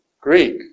Greek